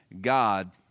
God